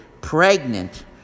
pregnant